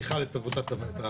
ובכלל את עבודת הוועדה,